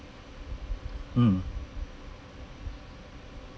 mm